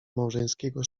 małżeńskiego